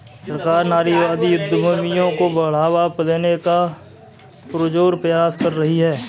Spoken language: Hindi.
सरकार नारीवादी उद्यमियों को बढ़ावा देने का पुरजोर प्रयास कर रही है